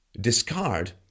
discard